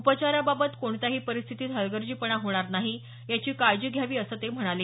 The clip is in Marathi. उपचाराबाबत कोणत्याही परिस्थितीत हलगर्जीपणा होणार नाही याची काळजी घ्यावी असं ते म्हणाले